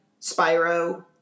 Spyro